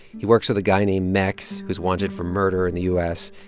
he works with a guy named mex who's wanted for murder in the u s.